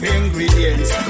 ingredients